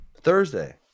thursday